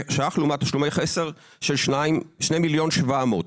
לעומת תשלומי חסר של 2.7 מיליון ₪.